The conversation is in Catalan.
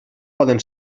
poden